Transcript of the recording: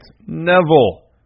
Neville